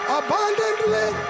abundantly